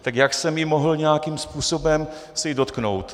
Tak jak jsem se jí mohl nějakým způsobem dotknout?